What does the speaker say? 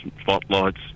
spotlights